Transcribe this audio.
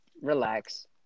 Relax